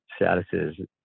statuses